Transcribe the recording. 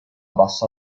bassa